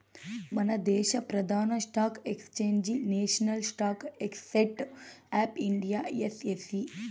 మనదేశ ప్రదాన stock exchange national stock exchange of India NSE